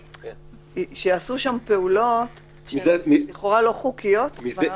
שייעשו פעולות שהן לכאורה לא חוקיות כבר,